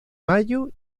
mayo